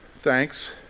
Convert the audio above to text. Thanks